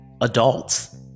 adults